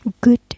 Good